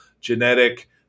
genetic